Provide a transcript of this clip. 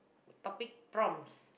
topic prompts